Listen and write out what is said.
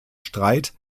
streit